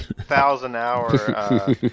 thousand-hour